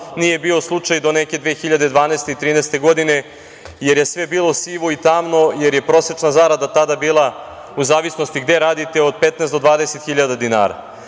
nije bio slučaj do neke 2012. i 2013. godine, jer je sve bilo sivo i tamno, jer je prosečna zarada tada bila, u zavisnosti gde radite, od 15.000 do 20.000